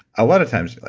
a lot of times, like,